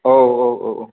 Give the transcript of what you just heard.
औ औ औ